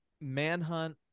Manhunt